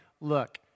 look